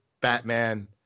Batman